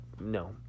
No